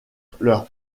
leur